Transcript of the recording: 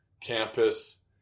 campus